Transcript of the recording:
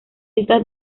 estas